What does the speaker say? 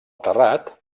terrat